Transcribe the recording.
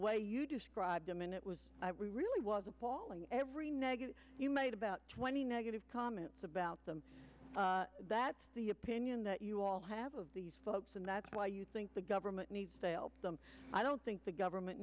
way you describe them and it was really was appalling every negative you made about twenty negative comments about them that's the opinion that you all have of these folks and that's why you think the government needs to help them i don't think the government